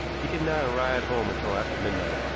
he did not arrive home until after midnight.